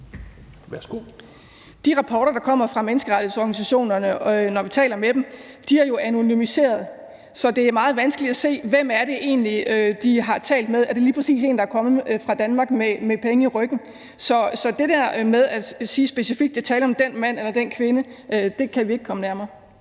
De rapporter, der kommer fra menneskerettighedsorganisationerne, og det, de siger, når vi taler med dem, er jo anonymiseret. Så det er meget vanskeligt at se, hvem det egentlig er, de har talt med. Er det lige præcis en, der er kommet fra Danmark med penge i ryggen? Så i forhold til at kunne sige specifikt, om der er tale om den og den mand eller kvinde, kan vi ikke komme det nærmere.